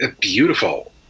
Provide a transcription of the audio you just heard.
beautiful